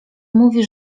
mówi